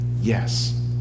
Yes